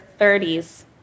30s